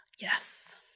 Yes